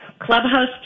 Clubhouse